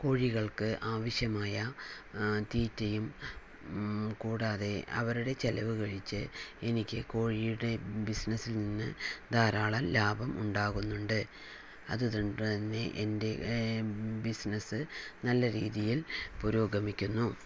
കോഴികൾക്ക് ആവശ്യമായ തീറ്റയും കൂടാതെ അവരുടെ ചിലവ് കഴിച്ച് എനിക്ക് കോഴിയുടെ ബിസിനസ്സിൽ നിന്ന് ധാരാളം ലാഭം ഉണ്ടാകുന്നുണ്ട് അതുകൊണ്ട് തന്നെ എൻ്റെ ബിസിനസ്സ് നല്ല രീതിയിൽ പുരോഗമിക്കുന്നു